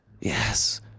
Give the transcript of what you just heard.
yes